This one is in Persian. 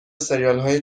سریالهای